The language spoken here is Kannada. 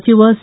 ಸಚಿವ ಸಿ